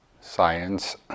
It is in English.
science